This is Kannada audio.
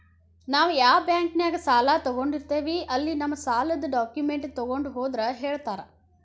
ನಾವ್ ಯಾ ಬಾಂಕ್ನ್ಯಾಗ ಸಾಲ ತೊಗೊಂಡಿರ್ತೇವಿ ಅಲ್ಲಿ ನಮ್ ಸಾಲದ್ ಡಾಕ್ಯುಮೆಂಟ್ಸ್ ತೊಗೊಂಡ್ ಹೋದ್ರ ಹೇಳ್ತಾರಾ